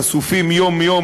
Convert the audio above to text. חשופים יום-יום,